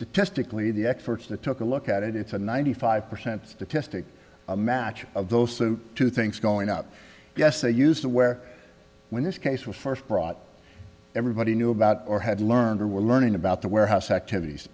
statistically the experts that took a look at it it's a ninety five percent statistic match of those two things going up yes they used to where when this case was first brought everybody knew about or had learned or were learning about the warehouse activities